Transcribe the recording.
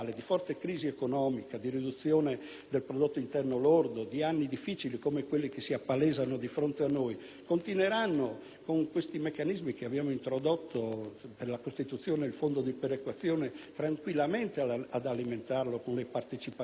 del prodotto interno lordo, di anni difficili come quelli che si appalesano di fronte a noi - con i meccanismi che abbiamo introdotto per la costituzione del fondo di perequazione, continueranno ad alimentarlo come partecipazione al gettito dell'IVA o dell'IRPEF?